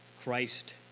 Christ